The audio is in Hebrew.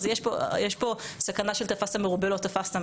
יש פה בכנה של תפסת מרובה לא תפסת,